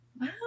Wow